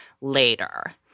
later